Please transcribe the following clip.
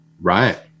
Right